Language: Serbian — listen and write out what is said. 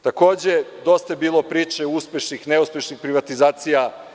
Takođe, dosta je bilo priče – uspešnih, neuspešnih privatizacija.